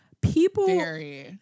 people